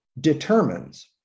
determines